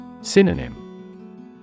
Synonym